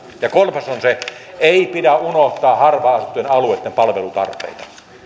ja kolmas on ei pidä unohtaa harvaan asuttujen alueitten palvelutarpeita